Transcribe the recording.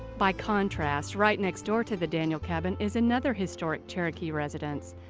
by contrast right next door to the daniel cabin is another historic cherokee residence.